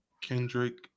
Kendrick